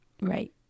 Right